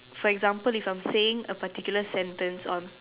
for example if I am saying a particular sentence on